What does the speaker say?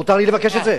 מותר לי לבקש את זה?